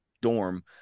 dorm